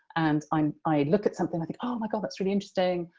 and um i look at something, i think, oh my god, that's really interesting,